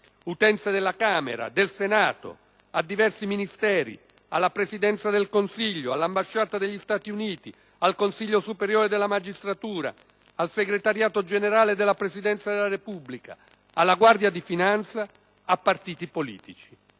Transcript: utenze della Camera e del Senato, a diversi Ministeri, alla Presidenza del Consiglio, all'Ambasciata degli Stati Uniti, al Consiglio superiore della magistratura, al segretariato generale della Presidenza della Repubblica, alla Guardia di finanza e a partiti politici.